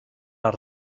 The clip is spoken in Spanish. las